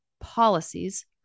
policies